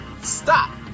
Stop